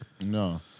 No